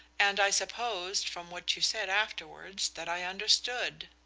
and i supposed from what you said afterwards that i understood.